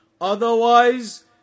otherwise